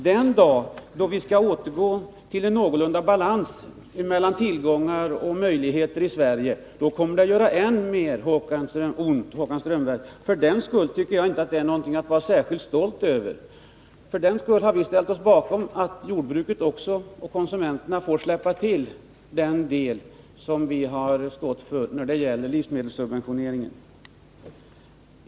Den dag vi skall återgå till något som liknar balans mellan tillgångar och möjligheter i Sverige kommer det att göra än mera ont, Håkan Strömberg. Det tycker jag inte är någonting att vara särskilt stolt över. Därför har vi ställt oss bakom att jordbruket och konsumenterna får släppa till den del som samhället har stått för när det gäller livsmedelssubventioneringen.